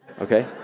okay